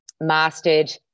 mastered